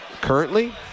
currently